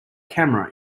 camera